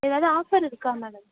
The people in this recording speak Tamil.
எதாவது ஆஃபர் இருக்கா மேடம்